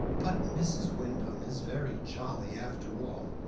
but mrs. wyndham is very jolly after all,